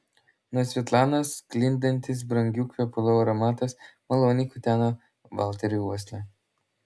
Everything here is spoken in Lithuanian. nuo svetlanos sklindantis brangių kvepalų aromatas maloniai kuteno valteriui uoslę